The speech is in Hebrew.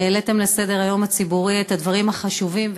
העליתם על סדר-היום הציבורי את הדברים החשובים.